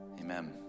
Amen